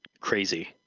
crazy